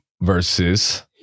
versus